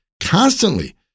constantly